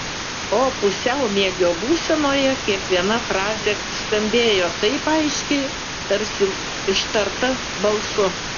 o pusiaumiegio būsenoje kiekviena frazė skambėjo taip aiškiai tarsi ištarta balsu